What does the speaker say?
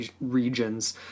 regions